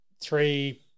three